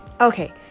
Okay